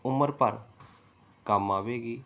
ਉਮਰ ਭਰ ਕੰਮ ਆਵੇਗੀ